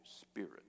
spirit